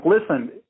listen